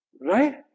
right